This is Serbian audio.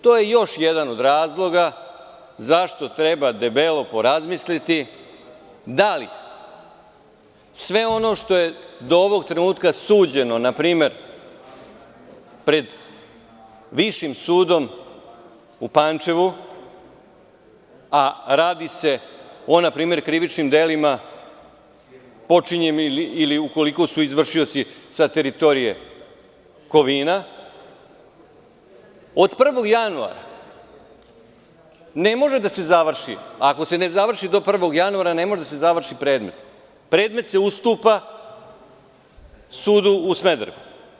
To je još jedan od razloga zašto treba debelo porazmisliti da li sve ono što je do ovog trenutka suđeno, na primer, pred Višim sudom u Pančevu, a radi se o, na primer, krivičnim delima počinjenim ili ukoliko su izvršioci sa teritorije Kovina, od 1. januara ne može da se završi, ako se ne završi do 1. januara ne može da se završi predmet, predmet se ustupa sudu u Smederevu.